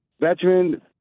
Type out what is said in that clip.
veteran